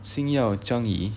星耀 changi